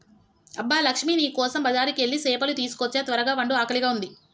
అబ్బ లక్ష్మీ నీ కోసం బజారుకెళ్ళి సేపలు తీసుకోచ్చా త్వరగ వండు ఆకలిగా ఉంది